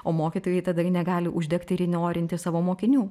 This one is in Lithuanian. o mokytojai tada negali uždegti ir įnorinti savo mokinių